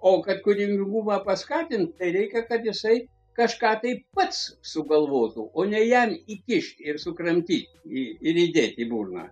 o kad kūrybingumą tą skatint tai reikia kad jisai kažką tai pats sugalvotų o ne jam įkišt ir sukramtyt į ir įdėt į burną